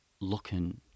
looking